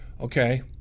okay